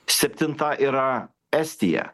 septinta yra estija